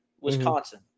Wisconsin